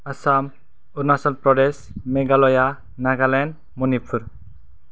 Assam Arunachal Pradesh Meghalaya Nagaland Manipur